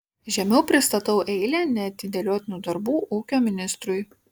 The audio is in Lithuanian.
žemiau pristatau eilę neatidėliotinų darbų ūkio ministrui